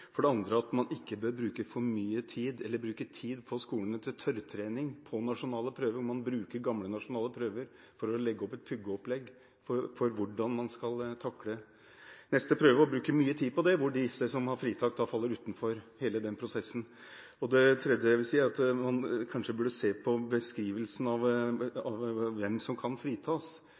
For det andre bør man ikke bruke tid på skolene til tørrtrening på nasjonale prøver. Man bruker mye tid på gamle nasjonale prøver som et puggeopplegg for hvordan man skal takle neste prøve, hvor de som er fritatt, faller utenfor hele den prosessen. Det tredje jeg vil si, er at man kanskje burde se på bekrivelsen av hvem som kan fritas.